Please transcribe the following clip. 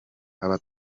aba